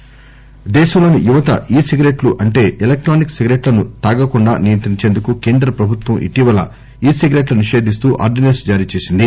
ఈ సిగరెట్స్ దేశంలోని యువత ఈ సిగరెట్లు అంటే ఎలక్షానిక్ సిగరెట్ల ను తాగకుండా నియంత్రించేందుకు కేంద్ర ప్రభుత్వం ఇటీవల ఈ సిగరెట్ల ను నిషేధిస్తూ ఆర్థినెన్ను జారీ చేసింది